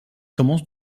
commence